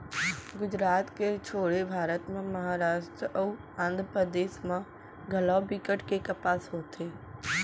गुजरात के छोड़े भारत म महारास्ट अउ आंध्रपरदेस म घलौ बिकट के कपसा होथे